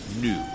new